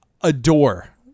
adore